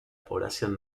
población